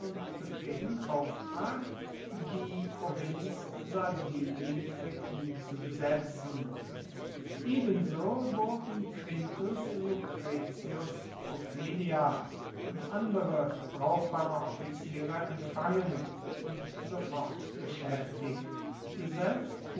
bequemen auftrag die provinz sardinien für ihn zu besetzen ebenso wurden quintus lucretius ofelia und andere brauchbare offiziere empfangen und sofort beschäftigt